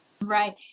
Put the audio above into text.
Right